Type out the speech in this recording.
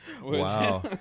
Wow